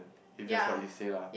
if that's what you say lah